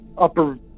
upper